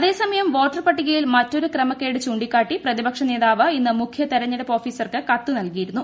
അതേ സമയം വോട്ടർ പട്ടികയിൽ മറ്റൊരു ക്രമക്കേട് ചൂണ്ടിക്കാട്ടി പ്രതിപക്ഷനേതാവ് രമേശ് ചെന്നിത്തല ഇന്ന് മുഖ്യ തെരഞ്ഞെടുപ്പ് ഓഫീസർക്ക് കത്ത് നൽകിയിരുന്നു